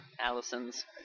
allisons